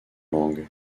langues